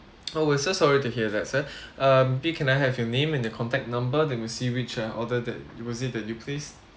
oh I'm so sorry to hear that sir um please can I have your name and the contact number then we see which uh order that it was it that you placed